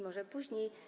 Może później.